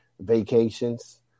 vacations